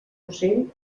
ocell